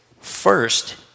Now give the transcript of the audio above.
first